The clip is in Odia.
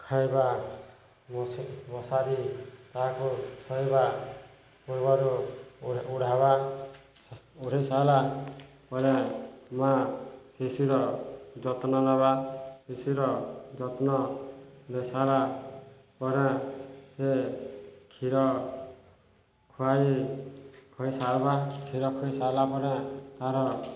ଖାଇବା ମଶାରି ତାହାକୁ ଶୋଇବା ପୂର୍ବରୁ ଉଢ଼ିବା ଉଢ଼େଇ ସାରିଲା ପରେ ମା' ଶିଶୁର ଯତ୍ନ ନେବା ଶିଶୁର ଯତ୍ନ ନେଇ ସାରିଲା ପରେ ସେ କ୍ଷୀର ଖୁଆାଇ ଖାଇ ସାରିବା କ୍ଷୀର ଖୁଆଇ ସାରିଲା ପରେ ତାର